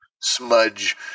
Smudge